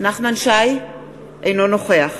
אינו נוכח